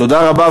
תודה רבה.